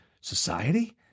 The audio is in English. society